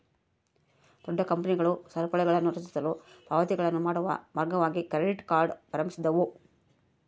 ದೊಡ್ಡ ಕಂಪನಿಗಳು ಸರಪಳಿಗಳನ್ನುರಚಿಸಲು ಪಾವತಿಗಳನ್ನು ಮಾಡುವ ಮಾರ್ಗವಾಗಿ ಕ್ರೆಡಿಟ್ ಕಾರ್ಡ್ ಪ್ರಾರಂಭಿಸಿದ್ವು